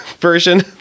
version